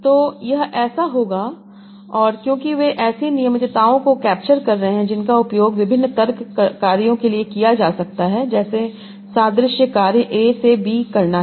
तो यह ऐसा होगा और क्योंकि वे ऐसी नियमितताओं को कैप्चर कर रहे हैं जिनका उपयोग विभिन्न तर्क कार्यों के लिए किया जा सकता है जैसे सादृश्य कार्य a से b करना है जैसा कि c को है